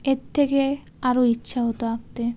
এর থেকে আরও ইচ্ছা হতো আঁকতে